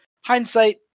Hindsight